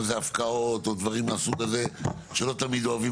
זה הפקעות או דברים מהסוג הזה שלא תמיד אוהבים